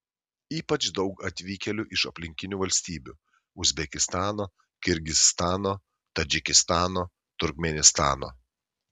ypač daug atvykėlių iš aplinkinių valstybių uzbekistano kirgizstano tadžikistano turkmėnistano